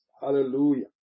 Hallelujah